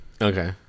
Okay